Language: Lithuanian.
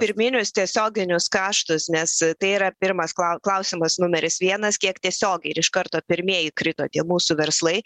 pirminius tiesioginius kaštus nes tai yra pirmas klau klausimas numeris vienas kiek tiesiogiai ir iš karto pirmieji krito tie mūsų verslai